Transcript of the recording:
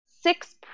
six